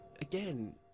again